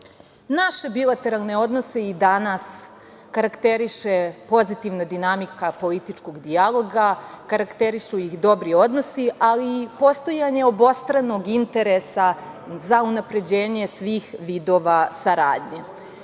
bilateralne odnose i danas karakteriše pozitivna dinamika političkog dijaloga, karakterišu ih dobri odnosi, ali i postojanje obostranog interesa za unapređenje svih vidova saradnje. Moram